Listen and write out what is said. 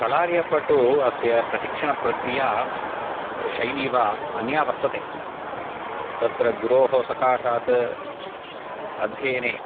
कलार्यपट्टु अस्य प्रशिक्षणप्रक्रिया शैली वा अन्या वर्तते तत्र गुरोः सकाशात् अध्ययने